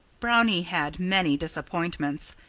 brownie had many disappointments.